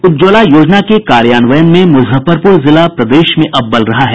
उज्ज्वला योजना के कार्यान्वयन में मुजफ्फरपुर जिला प्रदेश में अव्वल रहा है